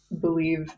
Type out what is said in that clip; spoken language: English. believe